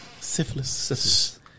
Syphilis